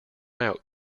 out